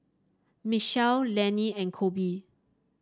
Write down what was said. Michelle Leonie and Koby